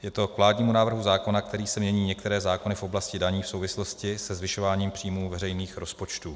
Je to k vládnímu návrhu zákona, kterým se mění některé zákony v oblasti daní v souvislosti se zvyšováním příjmů veřejných rozpočtů.